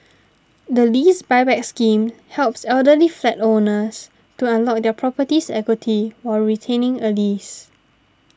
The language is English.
the Lease Buyback Scheme helps elderly flat owners to unlock their property's equity while retaining a lease